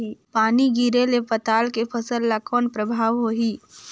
पानी गिरे ले पताल के फसल ल कौन प्रभाव होही?